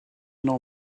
know